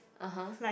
(uh huh)